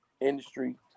industry